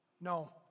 No